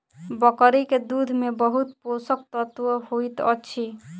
बकरी के दूध में बहुत पोषक तत्व होइत अछि